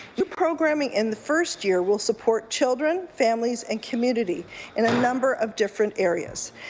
new programming in the first year will support children, families, and community in a number of different areas.